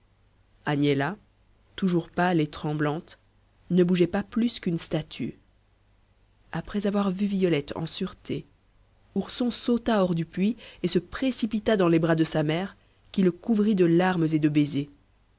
agnella toujours pâle et tremblante ne bougeait pas plus qu'une statue après avoir vu violette en sûreté ourson sauta hors du puits et se précipita dans les bras de sa mère qui le couvrit de larmes et de baisers